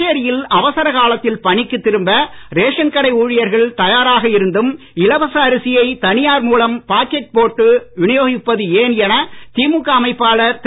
புதுச்சேரியில் அவசர காலத்தில் பணிக்கு திரும்ப ரேஷன் கடை ஊழியர்கள் தயாராக இருந்தும் இலவச அரசியை தனியார் மூலம் பாக்கெட் போட்டு வினியோகிப்பது ஏன் என திமுக அமைப்பாளர் திரு